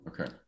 Okay